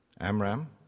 Amram